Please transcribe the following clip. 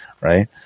right